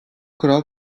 kural